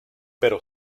pero